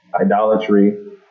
idolatry